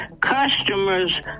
customers